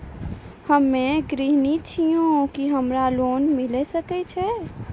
हम्मे गृहिणी छिकौं, की हमरा लोन मिले सकय छै?